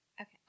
Okay